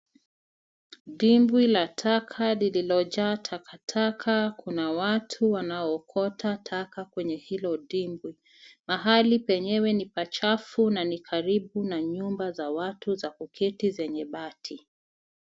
Dimbwi la taka lililojaa takataka. Kuna watu wanaookota taka kwenye hilo dimbwi. Mahali penyewe ni pa chafu na ni karibu na nyumba za watu za kuketi zenye bati.